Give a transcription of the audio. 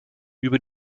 über